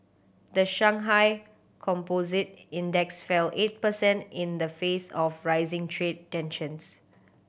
the Shanghai Composite Index fell eight percent in the face of rising trade tensions